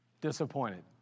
disappointed